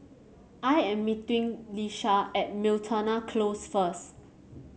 I am meeting Ieshia at Miltonia Close first